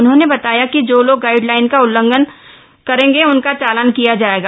उन्होंने बताया कि जो लोग गाइडलाइन का उल्लंघन उनका चालान किया जाएगा